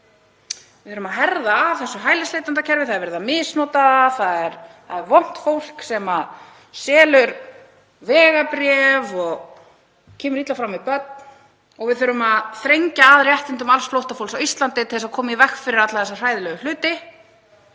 Við þurfum að herða að þessu hælisleitendakerfi, það er verið að misnota það, það er vont fólk sem selur vegabréf og kemur illa fram við börn og við þurfum að þrengja að réttindum alls flóttafólks á Íslandi til að koma í veg fyrir alla þessa hræðilegu hluti,